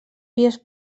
vies